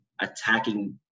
attacking